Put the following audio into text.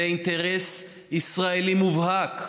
זה אינטרס ישראלי מובהק.